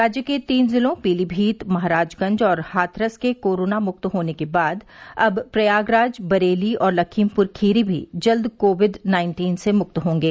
राज्य के तीन जिलों पीलीभीत महराजगंज और हाथरस के कोरोना मुक्त होने के बाद अब प्रयागराज बरेली और लखीमपुर खीरी भी जल्द कोविड नाइन्टीन से मुक्त होंगे